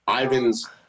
Ivan's